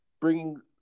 bringing